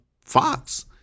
Fox